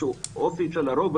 שזה האופי של הרוב,